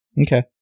Okay